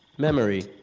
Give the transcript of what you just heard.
memory